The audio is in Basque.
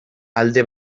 alde